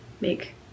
make